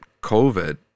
COVID